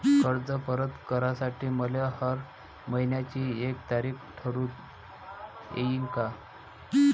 कर्ज परत करासाठी मले हर मइन्याची एक तारीख ठरुता येईन का?